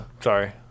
Sorry